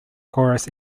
corus